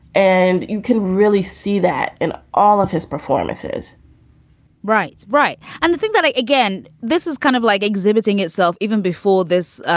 and you can really see that in all of his performances right. right. and the thing that i again, this is kind of like exhibiting itself even before this.